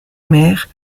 maire